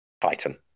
Titan